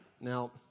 Now